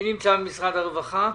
מי נמצא כאן ממשרד הרווחה?